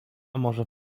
może